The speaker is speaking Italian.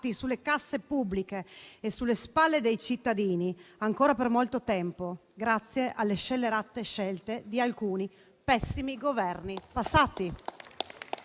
sulle casse pubbliche e sulle spalle dei cittadini ancora per molto tempo, grazie alle scellerate scelte di alcuni pessimi Governi passati.